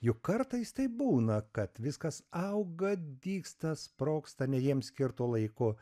juk kartais taip būna kad viskas auga dygsta sprogsta ne jiems skirtu laiku